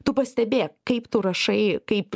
tu pastebėk kaip tu rašai kaip